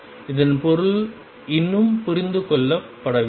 இதன் பொருள் இன்னும் புரிந்து கொள்ளப்படவில்லை